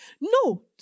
No